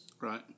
Right